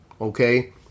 okay